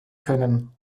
können